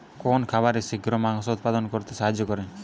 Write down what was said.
কোন খাবারে শিঘ্র মাংস উৎপন্ন করতে সাহায্য করে?